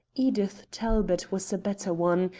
edith talbot was a better one,